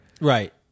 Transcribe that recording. right